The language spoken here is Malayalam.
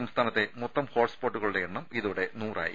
സംസ്ഥാനത്തെ മൊത്തം ഹോട്സ്പോട്ടുകളുടെ എണ്ണം ഇതോടെ നൂറായി